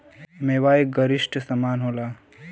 मेवा एक गरिश्ट समान होला